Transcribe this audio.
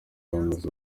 bameze